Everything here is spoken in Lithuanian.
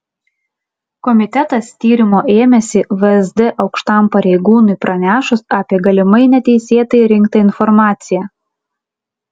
komitetas tyrimo ėmėsi vsd aukštam pareigūnui pranešus apie galimai neteisėtai rinktą informaciją